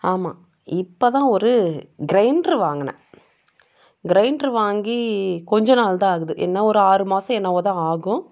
ஆமாம் இப்போ தான் ஒரு கிரைண்ட்ரு வாங்கினேன் கிரைண்ட்ரு வாங்கி கொஞ்ச நாள் தான் ஆகுது என்ன ஒரு ஆறு மாதம் என்னவோ தான் ஆகும்